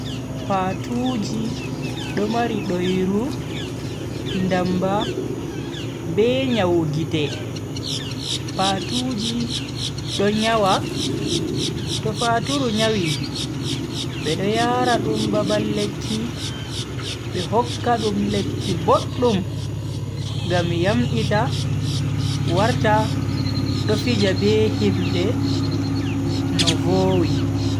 Patuuji do mari doiru, ndamba be nyawu gite. patuuji do nyawa, to faturu nyawi be do yara dum babal lekki be hokka dum lekki boddum ngam yamdita warta do fija be himbe no vowi.